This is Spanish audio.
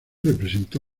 representó